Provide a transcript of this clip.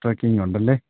trekking ഉണ്ടല്ലേ